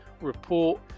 report